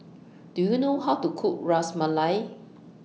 Do YOU know How to Cook Ras Malai